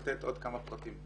לתת עוד כמה פרטים.